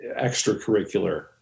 extracurricular